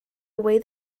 away